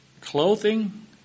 Clothing